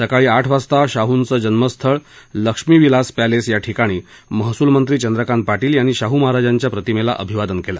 सकाळी आठ वाजता शाहूंचं जन्मस्थळ लक्ष्मीविलास पर्छिंस या ठिकाणी महसूलमंत्री चंद्रकांत पाटील यांनी शाहू महाराजांच्या प्रतिमेला अभिवादन केलं